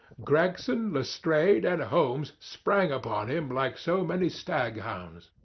gregson, lestrade, and holmes sprang upon him like so many staghounds.